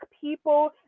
people